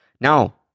Now